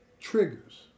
triggers